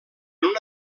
una